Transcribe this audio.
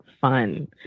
fun